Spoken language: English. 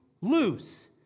lose